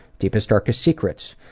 deepest, darkest secrets?